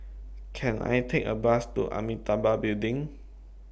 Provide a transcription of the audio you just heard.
Can I Take A Bus to Amitabha Building